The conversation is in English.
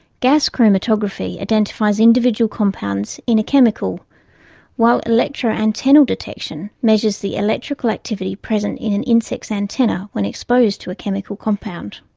gas chromatography identifies individual compounds in a chemical while electroantennal detection measures the electrical activity present in an insect's antennae when exposed to a chemical compound.